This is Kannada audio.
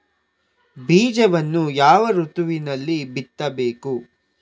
ಬೀಜವನ್ನು ಯಾವ ಋತುವಿನಲ್ಲಿ ಬಿತ್ತಬೇಕು?